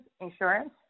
insurance